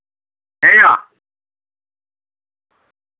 ᱦᱮᱸᱭᱟ